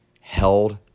held